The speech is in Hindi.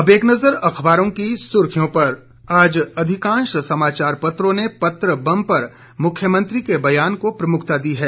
अब एक नजर अखबारों की सुर्खियों पर जन्म आज अधिकांश समाचार पत्रों ने पत्र बम पर मुख्यमंत्री के बयान को प्रमुखता दी है